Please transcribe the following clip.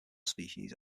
species